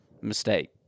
mistake